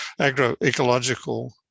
agroecological